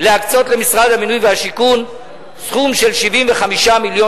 להקצות למשרד הבינוי והשיכון סכום של 75 מיליון